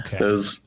okay